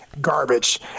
garbage